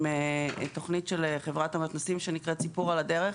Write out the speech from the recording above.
עם תוכנית של חברת המתנ"סים שנקראת "סיפור על הדרך".